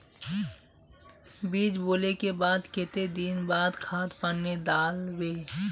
बीज बोले के बाद केते दिन बाद खाद पानी दाल वे?